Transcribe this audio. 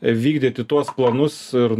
vykdyti tuos planus ir